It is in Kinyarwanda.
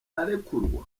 arekurwa